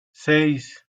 seis